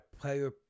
player